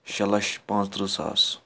شیٚے لچھ پانژترٕٛہ سَاس